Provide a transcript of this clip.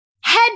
head